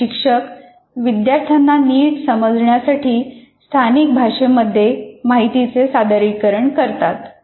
काही शिक्षक विद्यार्थ्यांना नीट समजण्यासाठी स्थानिक भाषेमध्ये माहितीचे सादरीकरण करतात